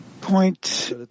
point